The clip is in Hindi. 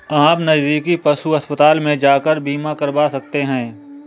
आप नज़दीकी पशु अस्पताल में जाकर बीमा करवा सकते है